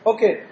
Okay